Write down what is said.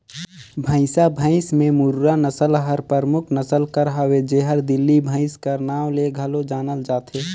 भंइसा भंइस में मुर्रा नसल हर परमुख नसल कर हवे जेहर दिल्ली भंइस कर नांव ले घलो जानल जाथे